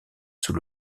sous